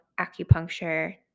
acupuncture